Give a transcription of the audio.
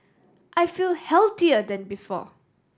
I feel healthier than before